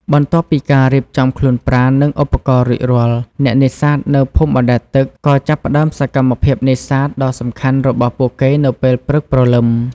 បន្ទាប់ពីការរៀបចំខ្លួនប្រាណ និងឧបករណ៍រួចរាល់ អ្នកនេសាទនៅភូមិបណ្តែតទឹកក៏ចាប់ផ្តើមសកម្មភាពនេសាទដ៏សំខាន់របស់ពួកគេនៅពេលព្រឹកព្រលឹម។